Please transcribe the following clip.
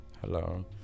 Hello